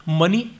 money